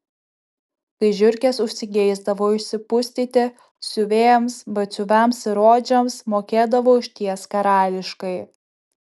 kai žiurkės užsigeisdavo išsipustyti siuvėjams batsiuviams ir odžiams mokėdavo išties karališkai